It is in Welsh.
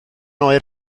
oer